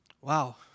wow